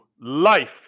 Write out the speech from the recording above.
Life